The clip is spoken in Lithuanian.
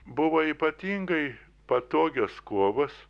buvo ypatingai patogios kovos